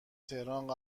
تهران